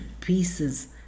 pieces